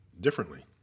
differently